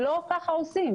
לא ככה עושים